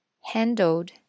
handled